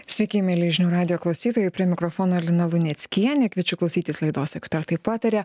sveiki mieli žinių radijo klausytojai prie mikrofono lina luneckienė kviečiu klausytis laidos ekspertai pataria